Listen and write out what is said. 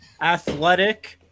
athletic